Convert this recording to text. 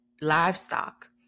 livestock